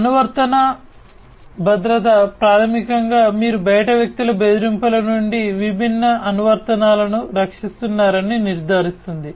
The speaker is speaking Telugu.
అనువర్తన భద్రత ప్రాథమికంగా మీరు బయటి వ్యక్తుల బెదిరింపుల నుండి విభిన్న అనువర్తనాలను రక్షిస్తున్నారని నిర్ధారిస్తుంది